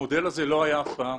המודל הזה לא היה אף פעם.